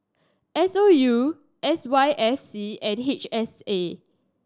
S O U S Y S C and H S A